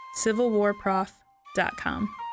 civilwarprof.com